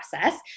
process